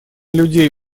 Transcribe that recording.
людей